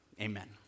amen